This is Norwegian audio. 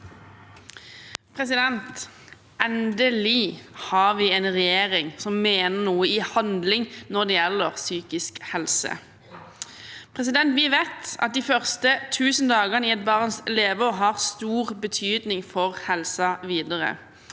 Ende- lig har vi en regjering som mener noe i handling når det gjelder psykisk helse. Vi vet at de første tusen dagene i et barns leveår har stor betydning for helsen videre.